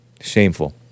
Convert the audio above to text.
Shameful